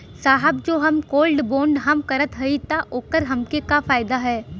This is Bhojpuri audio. साहब जो हम गोल्ड बोंड हम करत हई त ओकर हमके का फायदा ह?